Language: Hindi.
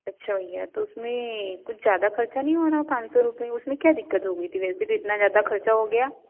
अच्छा भैया तो उसमें कुछ ज़्यादा खर्चा नहीं हो रहा पाँच सौ रुपये उसमें क्या दिक्कत हो गई थी वैसे भी इतना ज़्यादा खर्चा हो गया